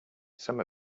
some